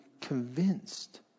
convinced